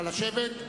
נא לשבת.